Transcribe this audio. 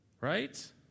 Right